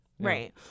Right